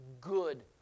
good